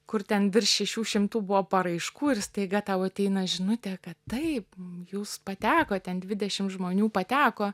kur ten virš šešių šimtų buvo paraiškų ir staiga tau ateina žinutė kad taip jūs patekot ten dvidešim žmonių pateko